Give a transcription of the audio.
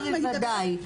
מה בוודאי?